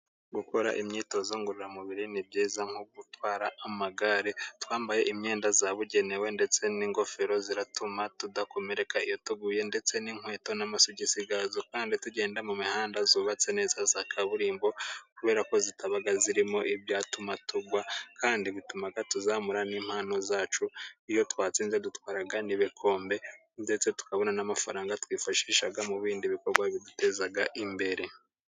Gukora imyitozo ngororamubiri ni byiza nko gutwara amagare, twambaye imyenda yabugenewe, ndetse n'ingofero zituma tudakomereka iyo tuguye, ndetse n'inkweto n'amasogisi yazo, kandi tugenda mu mihanda yubatse neza ya kaburimbo, kubera ko itaba irimo ibyatuma tugwa, kandi bituma tuzamura n'impano zacu. Iyo twatsinze dutwara n'ibikombe, ndetse tukabona n'amafaranga twifashisha mu bindi bikorwa biduteza imbere.